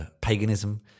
paganism